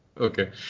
Okay